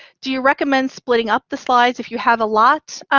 do you recommend splitting up the slides if you have a lot?